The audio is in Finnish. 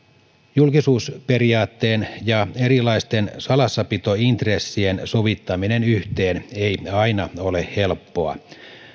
julkisuusperiaatteen ja erilaisten salassapitointressien sovittaminen yhteen ei aina ole helppoa